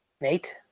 Nate